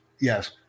yes